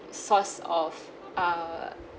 source of err